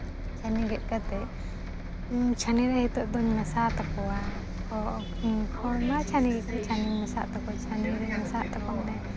ᱪᱷᱟᱹᱱᱤ ᱜᱮᱫ ᱠᱟᱛᱮᱫ ᱪᱷᱟᱹᱱᱤᱨᱮ ᱱᱤᱛᱚᱜ ᱫᱚᱧ ᱢᱮᱥᱟᱣ ᱛᱟᱠᱚᱣᱟ ᱠᱷᱚᱲ ᱠᱷᱚᱲ ᱢᱟ ᱪᱷᱟᱹᱱᱤ ᱜᱮ ᱠᱟᱱᱟ ᱪᱷᱟᱹᱱᱤᱧ ᱢᱮᱥᱟᱣᱟᱜ ᱛᱟᱠᱚᱣᱟ ᱪᱷᱟᱹᱱᱤᱨᱮᱧ ᱢᱮᱥᱟᱣᱟᱜ ᱛᱟᱠᱚᱣᱟ ᱢᱟᱱᱮ